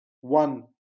one